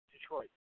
Detroit